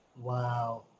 Wow